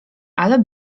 ale